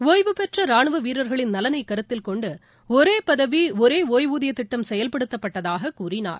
ஒய்வுபெற்ற ராணுவ வீரர்களின் நலனை கருத்தில் கொண்டு ஒரே பதவி ஒரே ஒய்வூதியத் திட்டம் செயல்படுத்தப்பட்டதாக கூறினார்